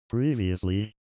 Previously